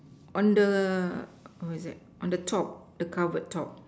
on the oh is it on the top the cupboard top